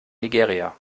nigeria